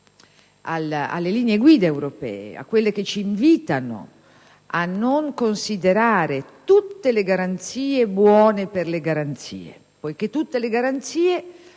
alle linee guida europee, che ci invitano a non considerare tutte le garanzie buone per le tutele, poiché tutte le garanzie